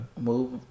Move